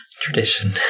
tradition